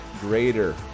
greater